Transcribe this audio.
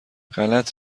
غلط